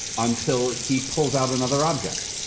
until he pulls out another object.